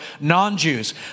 non-Jews